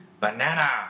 banana